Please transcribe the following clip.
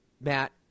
Matt